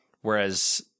whereas